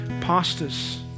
pastors